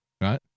Right